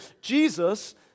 Jesus